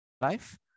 life